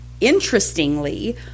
interestingly